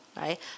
right